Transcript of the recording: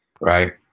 right